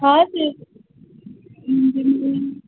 हां